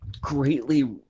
greatly